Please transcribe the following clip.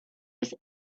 his